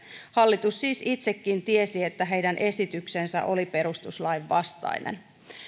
hallitus siis itsekin tiesi että heidän esityksensä oli perustuslain vastainen